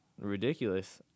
ridiculous